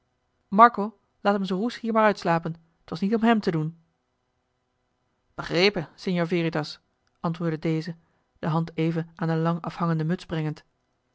laat m zijn roes hier maar uitslapen t was niet om hèm te doen begrepen signor veritas antwoordde deze de hand even aan de lang afhangende muts brengend